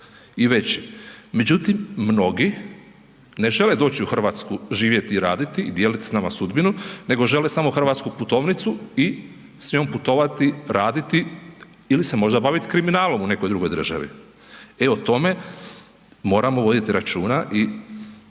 i veći. Međutim, mnogi ne žele doći u Hrvatsku živjeti i raditi i dijeliti s nama sudbinu nego žele samo hrvatsku putovnicu i s njom putovati, raditi ili se možda baviti kriminalnom u nekoj drugoj državi. E o tome moramo voditi računa i